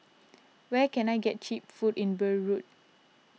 where can I get Cheap Food in Beirut